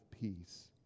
peace